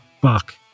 fuck